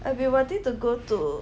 I have been wanting to go to